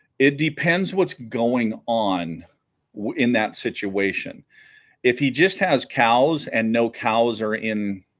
it depends what's going on in that situation if he just has cows and no cows are in